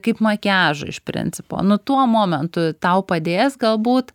kaip makiažu iš principo nu tuo momentu tau padės galbūt